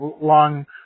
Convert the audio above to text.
long